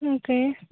okay